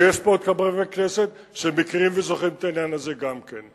ויש פה עוד חברי כנסת שמכירים וזוכרים את העניין הזה גם כן.